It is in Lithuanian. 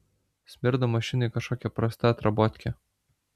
smirda mašinoj kažkokia prasta atrabotke